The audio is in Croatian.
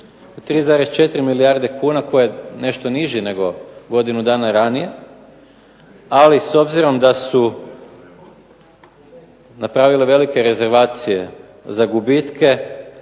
3,4 milijarde kuna koji je nešto niži nego godinu dana ranije. Ali s obzirom da su napravile velike rezervacije za gubitke